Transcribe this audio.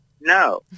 no